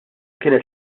kienet